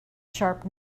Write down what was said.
sharp